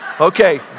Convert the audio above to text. Okay